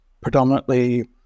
predominantly